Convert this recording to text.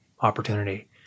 opportunity